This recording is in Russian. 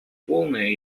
полное